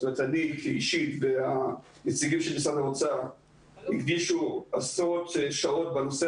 זאת אומרת אני אישית והנציגים של משרד האוצר הקדישו עשרות שעות בנושא